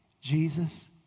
Jesus